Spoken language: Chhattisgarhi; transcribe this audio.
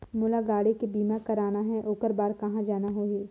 मोला गाड़ी के बीमा कराना हे ओकर बार कहा जाना होही?